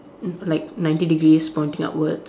mm like ninety degrees pointing upwards